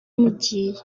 mugiye